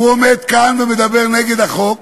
הוא עומד כאן ומדבר נגד החוק,